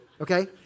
okay